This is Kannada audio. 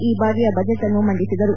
ಈ ಬಾರಿಯ ಬಜೆಟ್ನ್ನು ಮಂಡಿಸಿದರು